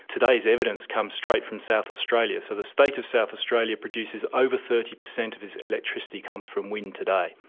today's evidence comes straight from south australia. so the state of south australia produces, over thirty percent of its electricity comes from wind today.